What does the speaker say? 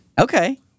Okay